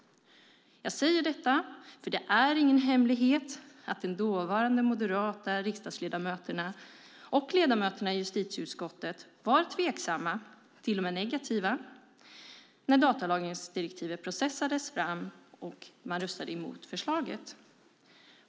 Jag säger detta eftersom det inte är någon hemlighet att de dåvarande moderata riksdagsledamöterna och ledamöterna i justitieutskottet var tveksamma, till och med negativa, när datalagringsdirektivet processades fram, och man röstade emot förslaget.